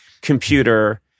computer